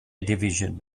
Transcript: division